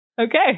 Okay